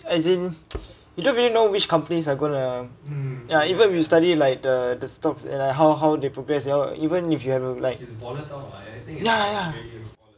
as in you don't really know which companies are gonna ya even you study like the the stocks and I how how they progress you know even if you have like ya ya